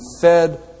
fed